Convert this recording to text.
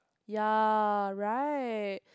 ya right